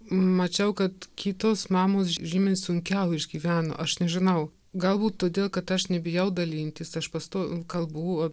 mačiau kad kitos mamos žymiai sunkiau išgyveno aš nežinau galbūt todėl kad aš nebijau dalintis aš pastovi kalbu